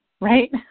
right